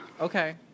Okay